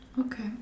Okay